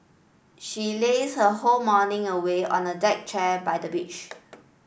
she lazed her whole morning away on a deck chair by the beach